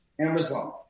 Amazon